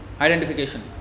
identification